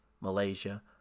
Malaysia